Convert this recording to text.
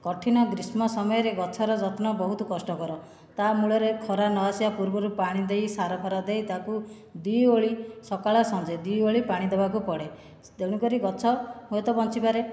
କଠିନ ଗ୍ରୀଷ୍ମ ସମୟରେ ଗଛର ଯତ୍ନ ବହୁତ କଷ୍ଟକର ତା' ମୂଳରେ ଖରା ନଆସିବା ପୂର୍ବରୁ ପାଣି ଦେଇ ସାର ଫାର ଦେଇ ତାକୁ ଦୁଇ ଓଳି ସକାଳ ସଞ୍ଜେ ଦୁଇ ଓଳି ପାଣି ଦେବାକୁ ପଡ଼େ ତେଣୁକରି ଗଛ ହୁଏତ ବଞ୍ଚିପାରେ